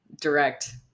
direct